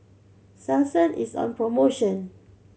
Selsun is on promotion